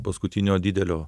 paskutinio didelio